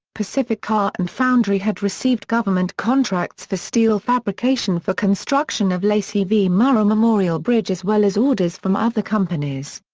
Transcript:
pacific car and foundry had received government contracts for steel fabrication for construction of lacey v. murrow memorial bridge as well as orders from other companies.